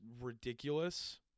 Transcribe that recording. ridiculous